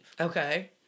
Okay